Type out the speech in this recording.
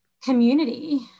community